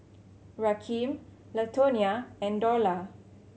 Rakeem Latonia and Dorla